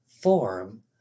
form